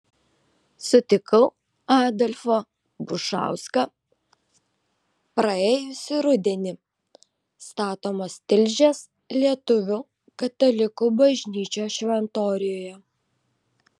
sutikau adolfą bušauską praėjusį rudenį statomos tilžės lietuvių katalikų bažnyčios šventoriuje